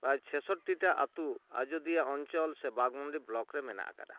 ᱪᱷᱮᱥᱳᱴᱴᱤ ᱴᱟ ᱟᱹᱛᱩ ᱟᱡᱚᱫᱤᱭᱟ ᱚᱧᱪᱚᱞ ᱥᱮ ᱵᱟᱜᱽᱢᱩᱱᱰᱤ ᱵᱞᱚᱠ ᱨᱮ ᱢᱮᱱᱟᱜ ᱠᱟᱫᱼᱟ